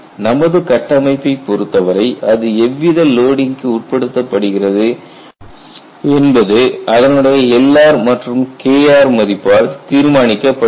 நமது கட்டமைப்பைப் பொறுத்தவரை அது எவ்வித லோடிங்க்கு உட்படுத்தப்படுகிறது என்பது அதனுடைய Lr மற்றும் Kr மதிப்பால் தீர்மானிக்கப்படுகிறது